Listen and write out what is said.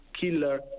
killer